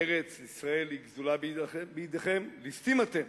"ארץ-ישראל גזולה בידיכם, ליסטים אתם